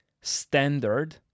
standard